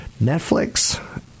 Netflix